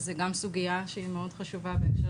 שזה גם סוגייה שהיא מאוד חשובה בהקשר